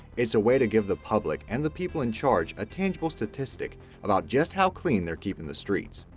it's a way to give the public and the people in charge a tangible statistic about just how clean they're keeping the streets.